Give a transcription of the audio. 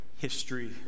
history